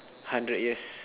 hundred years